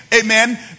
amen